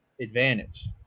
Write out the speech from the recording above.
advantage